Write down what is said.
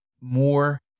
more